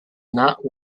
not